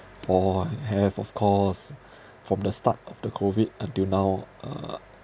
!oho! I have of course from the start of the COVID until now uh